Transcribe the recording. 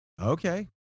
Okay